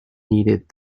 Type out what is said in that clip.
needed